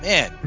Man